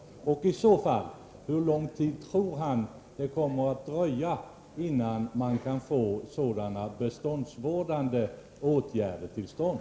Och i så fall, hur lång tid tror Håkan Strömberg att det kommer att dröja innan man kan få beståndsvårdande åtgärder till stånd?